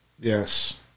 Yes